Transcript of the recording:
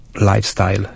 lifestyle